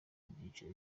byiciro